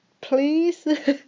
please